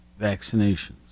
vaccinations